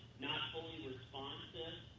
not fully responsive,